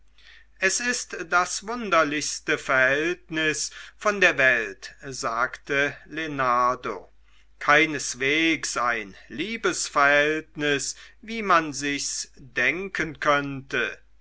es ist das wunderlichste verhältnis von der welt sagte lenardo keinesweges ein liebesverhältnis wie man sich's denken könnte